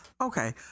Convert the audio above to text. Okay